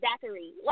Zachary